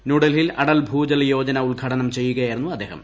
ന്യൂഡൽഹിയിൽ അടൽ ഭൂജൽ യോജന ഉദ്ഘാടനം ചെയ്യുകയായിരുന്നു അദ്ദേഹം